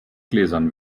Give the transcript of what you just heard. gläsern